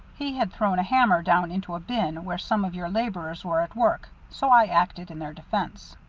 he had thrown a hammer down into a bin where some of your laborers were at work, so i acted in their defence.